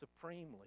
supremely